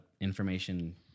information